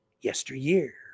yesteryear